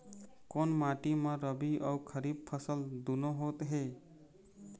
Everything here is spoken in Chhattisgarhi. कोन माटी म रबी अऊ खरीफ फसल दूनों होत हे?